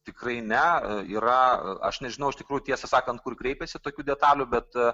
tikrai ne yra aš nežinau iš tikrųjų tiesą sakant kur kreipėsi tokių detalių bet